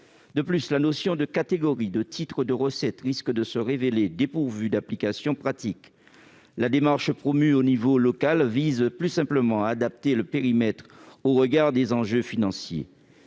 De plus, la notion de « catégories » de titre de recettes risque de se révéler dépourvue d'application pratique. La démarche promue au niveau local vise plus simplement à adapter le périmètre au regard des enjeux financiers.